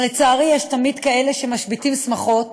אך לצערי יש תמיד מי שמשביתים שמחות,